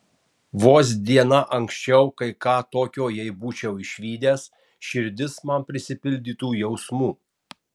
vos diena anksčiau kai ką tokio jei būčiau išvydęs širdis man prisipildytų jausmų